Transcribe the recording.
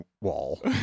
wall